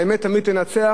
האמת תמיד תנצח,